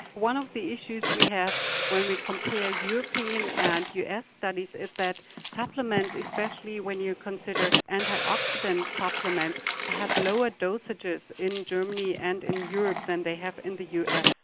one of the issues we have when we compare european and us studies is that supplements, especially when you consider antioxidant supplements have lower dosages in germany and in europe than they have in the us.